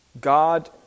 God